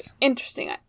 Interesting